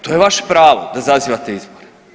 To je vaše pravo, da zazivate izbore.